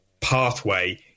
pathway